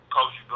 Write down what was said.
Coach